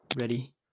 ready